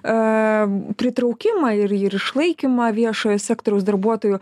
a pritraukimą ir išlaikymą viešojo sektoriaus darbuotojų